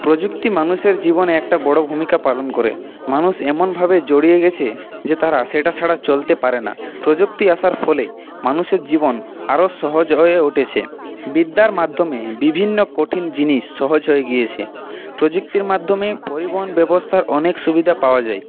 প্রযুক্তি মানুষের জীবনে একটা বড় ভূমিকা পালন করে মানুষ এমনভাবে জড়িয়ে গিয়েছে যে তারা সেটা ছাড়া চলতে পারে না প্রযুক্তি আসার ফলে মানুষের জীবন আরো সহজ হয়ে উঠেছে বিদ্যার মাধ্যমে বিভিন্ন কঠিন জিনিস সহজ হয়ে গিয়েছে প্রযুক্তির মাধ্যমে পরিবহন ব্যবস্থার অনেক সুবিধা পাওয়া যায়